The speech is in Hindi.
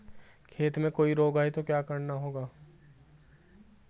खेत में कोई रोग आये तो क्या करना चाहिए?